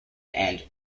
and